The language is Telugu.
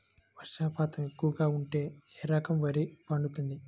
వర్షపాతం ఎక్కువగా ఉంటే ఏ రకం వరి పండుతుంది?